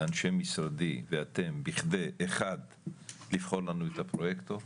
אנשי משרדי ואתם בכדי אחד לבחור לנו את הפרויקטור,